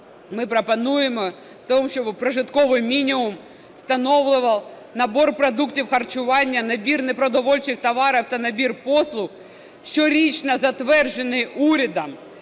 ми пропонуємо те, щоб прожитковий мінімум встановлював набір продуктів харчування, набір непродовольчих товарів та набір послуг, щорічно затверджений урядом